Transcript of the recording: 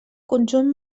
conjunt